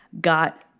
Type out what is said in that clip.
got